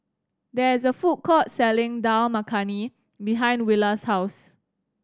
there is a food court selling Dal Makhani behind Willa's house